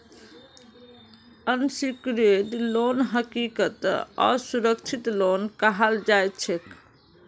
unsecured loan हकीकतत असुरक्षित loan कहाल जाछेक